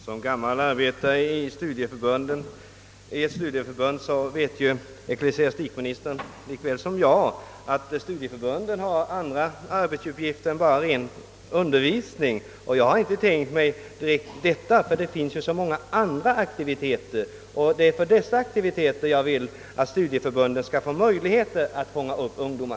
Herr talman! Som gammal arbetare i ett studieförbund vet ju ecklesiastikministern lika väl som jag, att studieförbunden även har andra arbetsuppgifter än ren undervisning. Det är för dessa många andra aktiviteter som jag vill att studieförbunden skall få möjlighet att fånga upp eleverna.